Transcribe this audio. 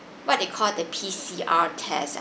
what they call the P_C_R test ah